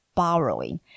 borrowing